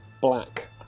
black